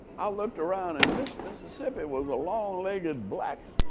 i looked around and miss mississippi was a long-legged black,